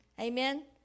Amen